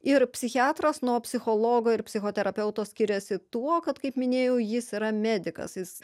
ir psichiatras nuo psichologo ir psichoterapeuto skiriasi tuo kad kaip minėjau jis yra medikas jis